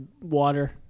water